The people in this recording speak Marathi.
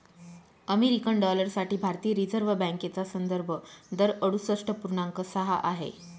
अमेरिकन डॉलर साठी भारतीय रिझर्व बँकेचा संदर्भ दर अडुसष्ठ पूर्णांक सहा आहे